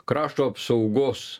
krašto apsaugos